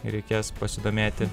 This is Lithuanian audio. reikės pasidomėti